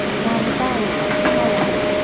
while the bell kept tolling,